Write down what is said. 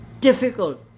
difficult